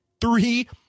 three